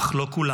אך לא כולם.